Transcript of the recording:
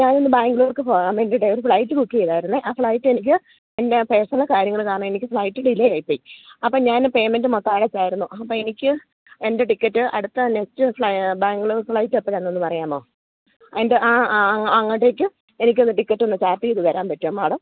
ഞാൻ ഇന്ന് ബാംഗ്ലൂർക്ക് പോകാൻ വേണ്ടിയിട്ട് ഒരു ഫ്ലൈറ്റ് ബുക്ക് ചെയ്തായിരുന്നു ആ ഫ്ലൈറ്റ് എനിക്ക് എൻ്റെ പേഴ്സണൽ കാര്യങ്ങൾ കാരണം എനിക്ക് ഫ്ലൈറ്റ് ഡിലെ ആയിപ്പോയി അപ്പം ഞാന് പേയ്മെൻ്റ മൊത്തം അടച്ചായിരുന്നു അപ്പം എനിക്ക് എൻ്റെ ടിക്കറ്റ് അടുത്ത നെക്സ്റ്റ് ബാംഗ്ലൂർ ഫ്ലൈറ്റ് എപ്പോഴാണ് എന്നൊന്ന് പറയാമോ എൻ്റെ അങ്ങട്ടേക്കും എനിക്കുള്ള ടിക്കറ്റ് ഒന്ന് ചാർട്ട് ചെയ്തു തരാൻ പറ്റുമോ മാഡം